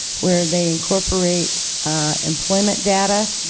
where they incorporate employment data,